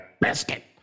biscuit